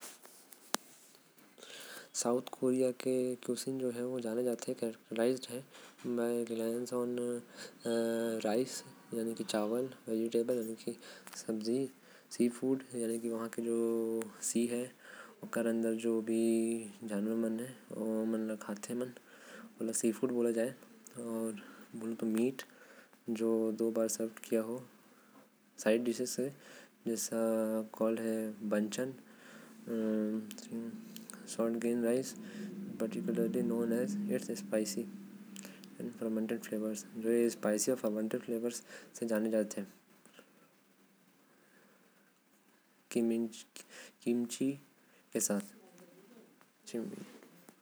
South Korea म प्रमुख पाक शैली होएल चावल, सब्जी, समुद्री खाना अउ मांस। समुद्री खाना एमन ज्यादा खाथे। एमन के ज्यादातर खाना अउ। शैली चावल म बटे होइस हवे। एहि सब वहा के लोग मन ज्यादा खाथे।